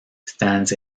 stands